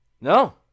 No